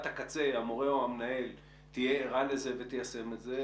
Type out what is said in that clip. הקצה המורה או המנהל תהיה ערה לזה ותיישם את זה,